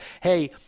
hey